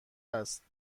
است